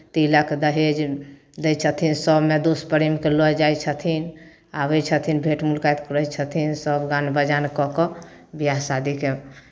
तिलक दहेज दै छथिन सभमे दोस प्रेमकेँ लऽ जाइ छथिन आबै छथिन भेँट मुलाकात करै छथिन सभ गान बजान कऽ कऽ बियाह शादीके